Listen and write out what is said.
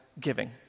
giving